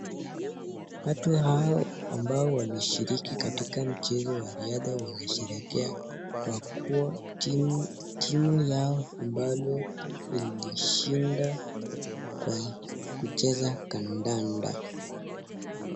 Watu hawa ambao wameshiriki katika mchezo wa riadha wamesherehekea kwa kuwa timu yao imeshinda kwa kucheza kandanda.